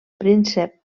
príncep